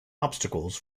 obstacles